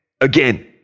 Again